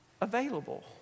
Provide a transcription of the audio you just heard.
available